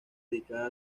dedicada